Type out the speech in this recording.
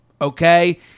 Okay